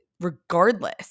regardless